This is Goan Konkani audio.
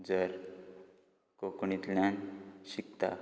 जर कोंकणींतल्यान शिकता